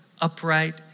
upright